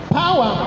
power